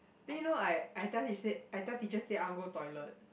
then you know I I tell teacher said I tell teacher that I want go toilet